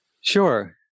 Sure